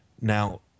now